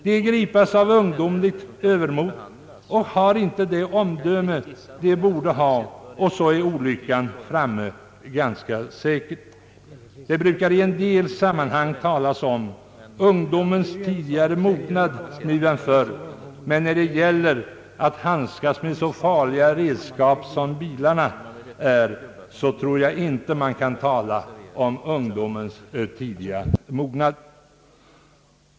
De grips i stor omfattning av ungdomligt övermod och har inte det omdöme de borde, och så är olyckan ganska säkert framme. Det brukar i en del sammanhang talas om ungdomens tidigare mognad nu än förr, men när det gäller att handskas med så farliga redskap som bilar tror jag inte man kan tala om ungdomens tidigare mognad.